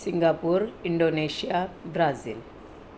Singapore Indonesia Brazil